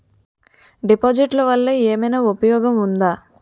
డిపాజిట్లు వల్ల ఏమైనా ఉపయోగం ఉందా?